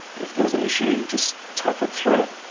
if there was an issue, you just tough it through.